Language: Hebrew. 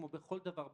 כמו בכל דבר בחיים,